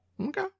Okay